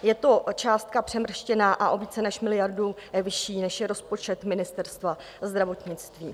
Je to částka přemrštěná a o více než miliardu vyšší, než je rozpočet Ministerstva zdravotnictví.